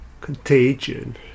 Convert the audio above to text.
Contagion